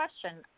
question